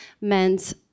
meant